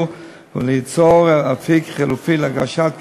וליצור אפיק חלופי להגשת כתבי-אישום.